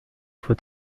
faut